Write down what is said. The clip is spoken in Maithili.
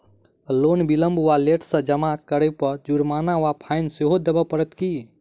लोन विलंब वा लेट सँ जमा करै पर जुर्माना वा फाइन सेहो देबै पड़त की?